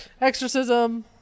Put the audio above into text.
exorcism